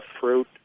fruit